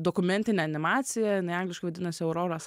dokumentinę animaciją jinai angliškai vadinasi auroros